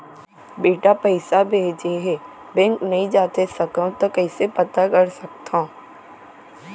बेटा पइसा भेजे हे, बैंक नई जाथे सकंव त कइसे पता कर सकथव?